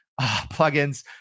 plugins